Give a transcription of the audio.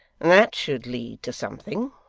that should lead to something.